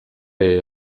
est